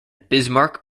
bismarck